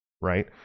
right